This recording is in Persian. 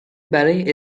برای